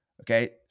Okay